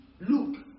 look